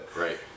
Right